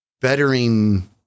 bettering